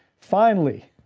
finally,